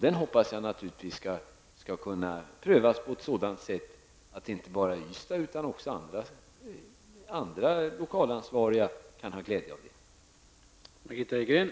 Jag hoppas naturligtvis att detta skall kunna prövas på ett sådant sätt att inte bara Ystads teater utan även andra lokalansvariga kan ha glädje av det.